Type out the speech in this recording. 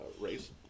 race